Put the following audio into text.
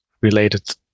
related